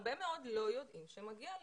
הרבה מאוד לא יודעים שמגיע להם.